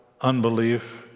unbelief